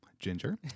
ginger